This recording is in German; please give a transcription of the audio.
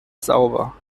sauber